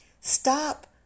Stop